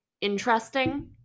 interesting